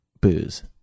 booze